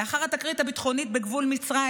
לאחר התקרית הביטחונית בגבול מצרים